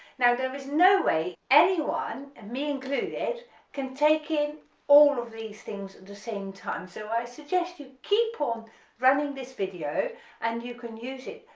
now there is no way anyone, and me included, can take in all of these things at the same time so i suggest you keep on running this video and you can use it,